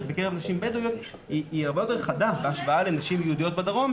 בקרב נשים בדואיות היא הרבה יותר חדה בהשוואה לנשים יהודיות בדרום,